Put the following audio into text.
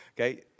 Okay